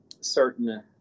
certain